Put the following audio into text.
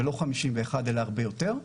ולא 51 אלא הרבה יותר,